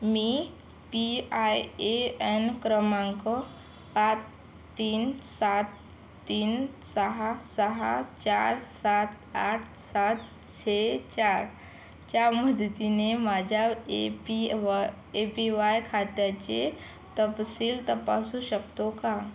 me P A N एन क्रमांक पाच तीन सात तीन सहा सहा चार सात आठ सात छे चारच्या मदतीने माझ्या एपीवा ए पी वाय खात्याचे तपशील तपासू शकतो का